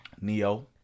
Neo